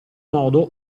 modo